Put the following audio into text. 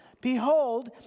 Behold